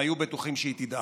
הם היו בטוחים שהיא תדעך,